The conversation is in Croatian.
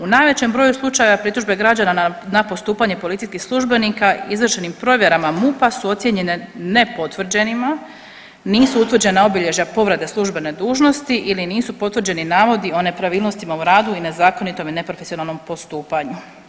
U najvećem broju slučajeva pritužbe građana na postupanje policijskih službenika izvršenim provjerama MUP-a su ocijene nepotvrđenima, nisu utvrđena obilježja povrede službene dužnosti ili nisu potvrđeni navodi o nepravilnostima u radu i nezakonitom i neprofesionalnom postupanju.